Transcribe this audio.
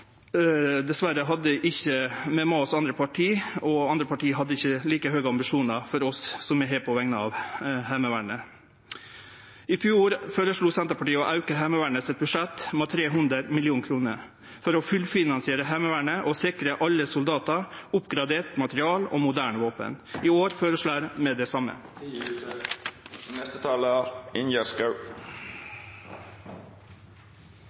Dessverre hadde vi ikkje med oss andre parti, og andre parti hadde ikkje like høge ambisjonar som det vi har på vegner av Heimevernet. I fjor føreslo Senterpartiet å auke Heimevernets budsjett med 300 mill. kr for å fullfinansiere Heimevernet og sikre alle soldatar oppgradert materiell og moderne våpen. I år føreslår vi det same.